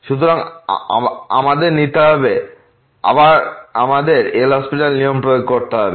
সুতরাং আমাদের নিতে হবে আমাদের আবার LHospital এর নিয়ম প্রয়োগ করতে হবে